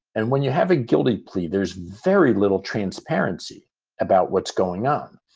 and when you have a guilty plea, there's very little transparency about what's going on.